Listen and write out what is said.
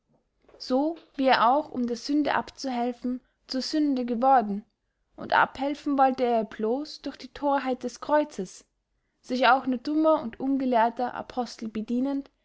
so wie er auch um der sünde abzuhelfen zur sünde geworden und abhelfen wollte er ihr blos durch die thorheit des kreuzes sich auch nur tummer und ungelehrter apostel bedienend